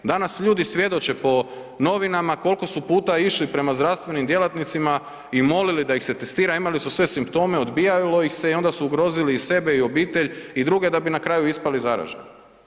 Danas ljudi svjedoče po novinama kolko su puta išli prema zdravstvenim djelatnicima i molili da ih se testira, imali su sve simptome, odbijalo ih se i onda su ugrozili i sebe i obitelj i druge da bi na kraju ispali zaraženi.